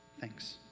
Thanks